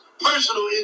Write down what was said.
personal